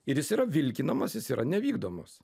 ir jis yra vilkinamas jis yra nevykdomas